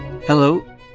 Hello